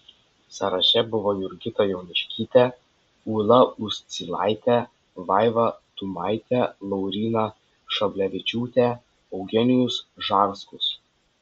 sąraše buvo jurgita jauniškytė ūla uscilaitė vaiva tumaitė lauryna šablevičiūtė eugenijus žarskus